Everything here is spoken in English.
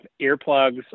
earplugs